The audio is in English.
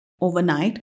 overnight